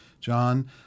John